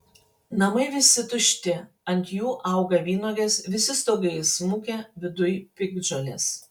namai visi tušti ant jų auga vynuogės visi stogai įsmukę viduj piktžolės